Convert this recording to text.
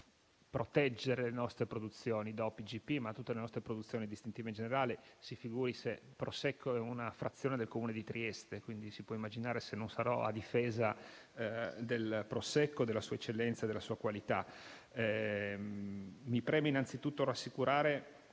di proteggere le nostre produzioni DOP, IGP e tutte le nostre produzioni distintive in generale. Prosecco è una frazione del Comune di Trieste, quindi può immaginare se non sarò a difesa del Prosecco, della sua eccellenza e della sua qualità. Mi preme innanzitutto rassicurare